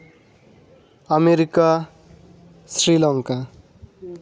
America Sri Lanka